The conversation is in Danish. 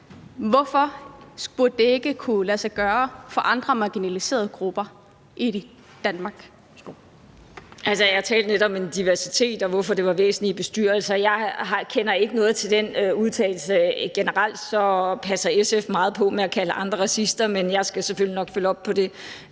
næstformand (Leif Lahn Jensen): Værsgo. Kl. 14:57 Pia Olsen Dyhr (SF): Altså, jeg talte netop om diversitet, og hvorfor det var væsentligt i bestyrelser. Jeg kender ikke noget til den udtalelse. Generelt passer SF meget på med at kalde andre racister, men jeg skal selvfølgelig nok følge op på det.